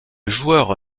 joueur